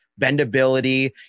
bendability